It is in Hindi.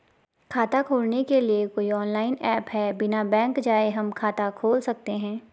खाता खोलने के लिए कोई ऑनलाइन ऐप है बिना बैंक जाये हम खाता खोल सकते हैं?